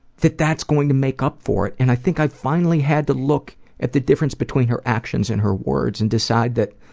that that's going to make up for it. and i think i finally had to look at the difference between her actions and her words and decide that